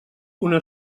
una